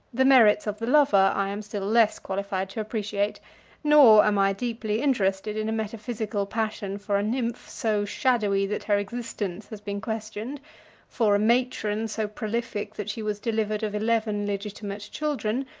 the merits of the lover i am still less qualified to appreciate nor am i deeply interested in a metaphysical passion for a nymph so shadowy, that her existence has been questioned for a matron so prolific, that she was delivered of eleven legitimate children,